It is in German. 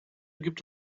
gibt